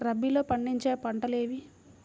రబీలో పండించే పంటలు ఏవి?